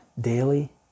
daily